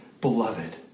beloved